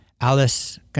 Alice